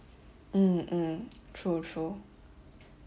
mm mm true true